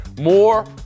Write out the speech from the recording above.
more